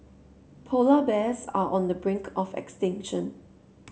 polar bears are on the brink of extinction